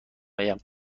آیم